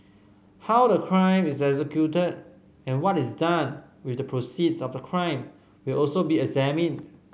how the crime is executed and what is done with the proceeds of the crime will also be examined